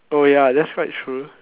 oh ya that's quite true